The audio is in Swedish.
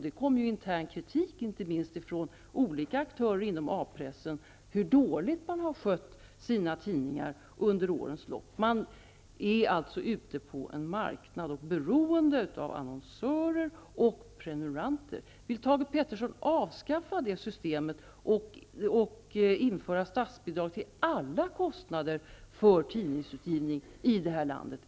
Det kommer ju intern kritik, inte minst från olika aktörer inom A pressen, mot att tidningarna under årens lopp har skötts så dåligt. Man är alltså på en marknad beroende av annonsörer och prenumeranter. Vill Thage G Peterson avskaffa det systemet och införa statsbidrag till alla kostnader för tidningsutgivning i det här landet?